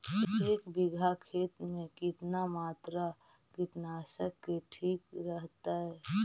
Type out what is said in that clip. एक बीघा खेत में कितना मात्रा कीटनाशक के ठिक रहतय?